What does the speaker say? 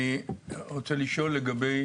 אני רוצה לשאול לגבי